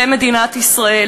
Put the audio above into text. במדינת ישראל.